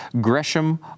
Gresham